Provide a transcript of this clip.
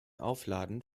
aufladen